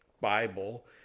Bible